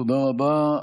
תודה רבה.